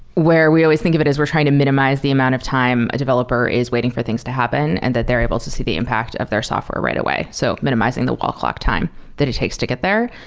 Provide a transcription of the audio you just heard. where we always think of it as we're trying to minimize the amount of time a developer is waiting for things to happen and that they're able to see the impact of their software right away. so minimizing the wall clock time that it takes to get there.